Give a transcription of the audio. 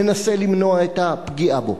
מנסה למנוע את הפגיעה בו?